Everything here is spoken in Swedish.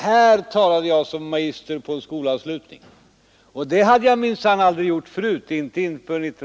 Herr talman!